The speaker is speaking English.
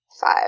five